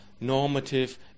normative